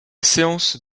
séance